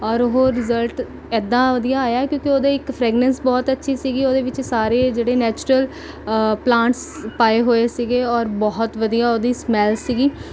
ਔਰ ਉਹ ਰਿਜ਼ਲਟ ਇੱਦਾਂ ਵਧੀਆ ਆਇਆ ਕਿਉਂਕਿ ਉਹਦੀ ਇੱਕ ਫਰੈਗਨੈਂਸ ਬਹੁਤ ਅੱਛੀ ਸੀਗੀ ਉਹਦੇ ਵਿੱਚ ਸਾਰੇ ਜਿਹੜੇ ਨੈਚੂਰਲ ਪਲਾਂਟਸ ਪਾਏ ਹੋਏ ਸੀਗੇ ਔਰ ਬਹੁਤ ਵਧੀਆ ਉਹਦੀ ਸਮੈਲ ਸੀਗੀ